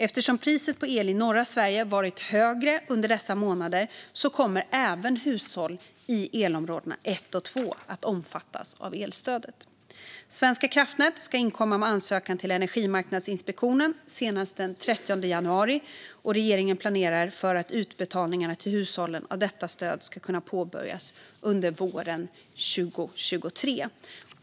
Eftersom priset på el i norra Sverige varit högre under dessa månader kommer även hushåll i elområdena 1 och 2 att omfattas av elstödet. Svenska kraftnät ska inkomma med ansökan till Energimarknadsinspektionen senast den 30 januari, och regeringen planerar för att utbetalningarna till hushållen av detta stöd ska kunna påbörjas under våren 2023.